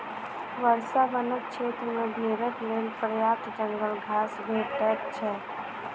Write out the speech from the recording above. वर्षा वनक क्षेत्र मे भेड़क लेल पर्याप्त जंगल घास भेटैत छै